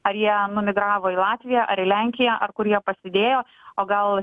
ar jie numigravo į latviją ar į lenkiją ar kur jie pasidėjo o gal